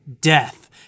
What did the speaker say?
death